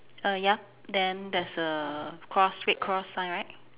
err ya then there's a cross red cross sign right